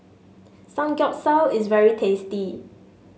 samgeyopsal is very tasty